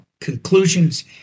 conclusions